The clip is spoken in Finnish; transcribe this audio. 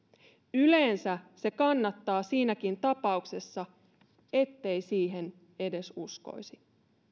yleensä se kannattaa siinäkin tapauksessa ettei siihen edes uskoisi